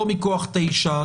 לא מכוח סעיף 9,